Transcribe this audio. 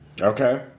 Okay